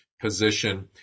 position